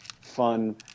fun